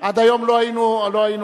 עד היום לא היינו עבריינים.